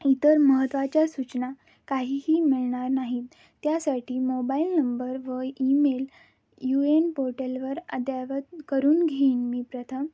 इतर महत्त्वाच्या सूचना काहीही मिळणार नाहीत त्यासाठी मोबाईल नंबर व ईमेल यू एन पोर्टलवर अद्ययावत करून घेईन मी प्रथम